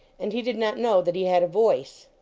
and he did not know that he had a voice.